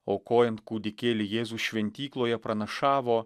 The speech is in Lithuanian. aukojant kūdikėlį jėzus šventykloje pranašavo